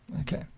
Okay